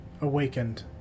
awakened